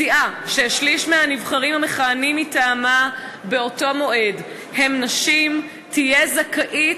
סיעה ששליש מהנבחרים המכהנים מטעמה באותו מועד הם נשים תהיה זכאית